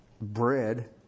bread